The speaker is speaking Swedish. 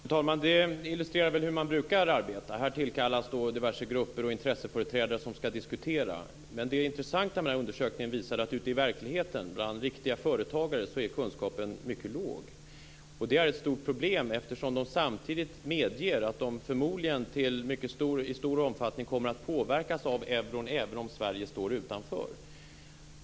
Fru talman! Detta illustrerar hur man brukar arbeta. Här tillkallas diverse grupper och intresseföreträdare för att diskutera, men det intressanta med undersökningen är att ute i verkligheten, bland riktiga företagare, är kunskapen mycket låg. Det är ett stort problem, eftersom de samtidigt medger att de förmodligen i mycket stor omfattning kommer att påverkas av euron, även om Sverige står utanför.